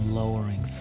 lowering